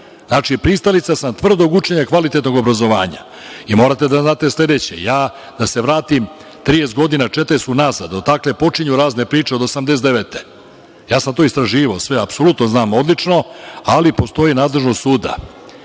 Znači, pristalica sam tvrdog učenja, kvalitetnog obrazovanja. Morate da znate sledeće. Ja da se vratim 30, 40 godina unazad odakle počinju razne priče, od 1989. godine. Sve sam to istraživao, apsolutno znam odlično, ali postoji nadležnost suda.